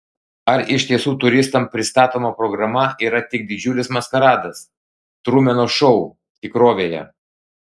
ar iš tiesų turistams pristatoma programa yra tik didžiulis maskaradas trumeno šou tikrovėje